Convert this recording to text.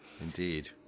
Indeed